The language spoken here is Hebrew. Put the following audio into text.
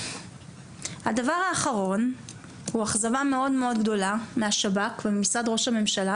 הדבר האחרון הוא אכזבה מאוד מאוד גדולה מהשב"כ וממשרד ראש הממשלה,